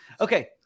Okay